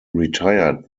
retired